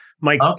Mike